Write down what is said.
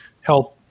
help